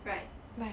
right